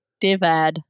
Divad